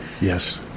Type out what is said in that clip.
Yes